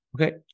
Okay